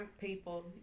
people